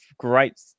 Great